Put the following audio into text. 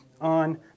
on